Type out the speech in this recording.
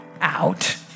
out